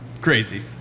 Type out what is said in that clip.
Crazy